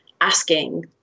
asking